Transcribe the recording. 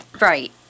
right